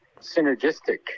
synergistic